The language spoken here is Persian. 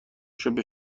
شد، به